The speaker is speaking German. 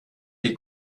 die